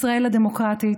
ישראל הדמוקרטית,